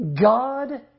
God